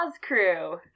crew